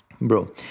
Bro